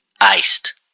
iced